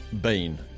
bean